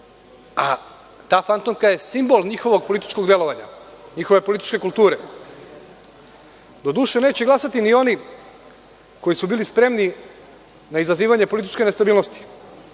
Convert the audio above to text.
a ta fantomka je simbol njihovog političkog delovanja, njihove političke kulture. Doduše, neće glasati ni oni koji su bili spremni na izazivanje političke nestabilnosti,